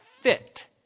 fit